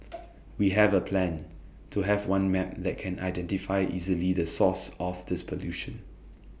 we have A plan to have one map that can identify easily the source of this pollution